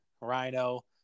rhino